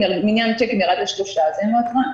מניין הצ'קים ירד לשלושה, אז אין לו התראה.